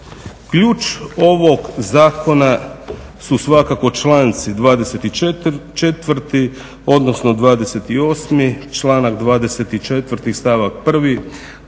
Ključ ovog zakona su svakako članci 24., odnosno 28. članak 24. stavak